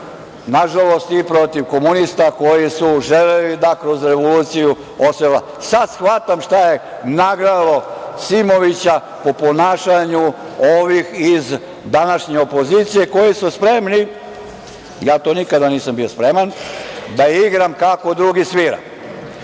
nažalost i protiv komunista koji su želeli da kroz revoluciju. Sad shvatam šta je nagnalo Simovića, po ponašanju ovih iz današnje opozicije koji su spremni, ja to nikada nisam bio spreman, da igram kako drugi svira.